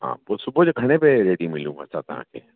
हा पोइ सुबुह जो घणे बजे रेडी मिलू असां तव्हांखे